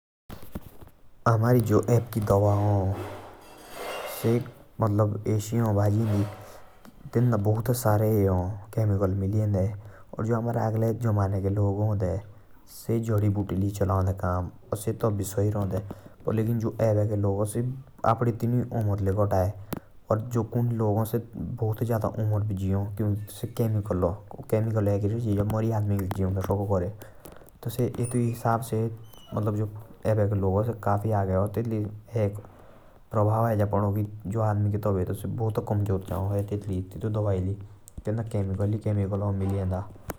जो हमारे अब की दवा ह । तेंदे अब बहुत सारे केमिकल ह । जो हमारे अगले लोग ह ते । सा जड़ी बूटी लई चलोते काम । अर जो अबा के केमिकल खाई येत लई से जादा जा